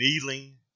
kneeling